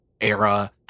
era